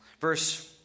Verse